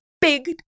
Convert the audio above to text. big